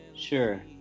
Sure